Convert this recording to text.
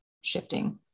shifting